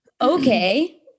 okay